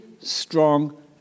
strong